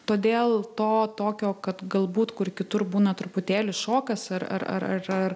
todėl to tokio kad galbūt kur kitur būna truputėlį šokas ar ar ar ar